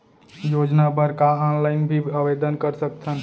योजना बर का ऑनलाइन भी आवेदन कर सकथन?